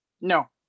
No